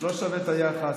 לא שווה את היחס.